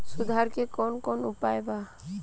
सुधार के कौन कौन उपाय वा?